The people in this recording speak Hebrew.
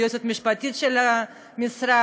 היועצת המשפטית של המשרד,